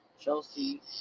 Chelsea